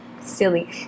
Silly